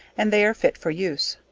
and they are fit for use.